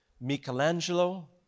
Michelangelo